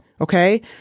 Okay